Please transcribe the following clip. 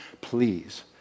please